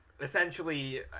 Essentially